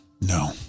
No